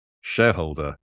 shareholder